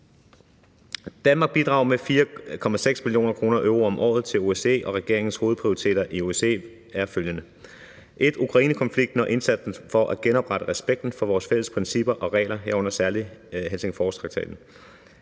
Danmark bidrager med 4,6 mio. euro om året til OSCE, og regeringens hovedprioriteter i OSCE er følgende: Ukrainekonflikten og indsatsen for at genoprette respekten for vores fælles principper og regler, herunder særlig Helsingforstraktaten,